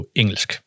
engelsk